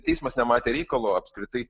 teismas nematė reikalo apskritai